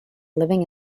living